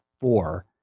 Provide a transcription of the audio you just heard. four